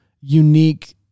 unique